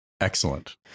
excellent